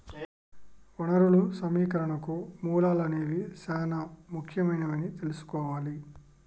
వనరులు సమీకరణకు మూలాలు అనేవి చానా ముఖ్యమైనవని తెల్సుకోవాలి